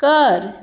कर